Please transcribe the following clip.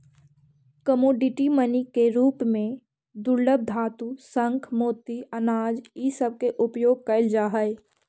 commodity money के रूप में दुर्लभ धातु शंख मोती अनाज इ सब के उपयोग कईल जा हई